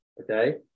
Okay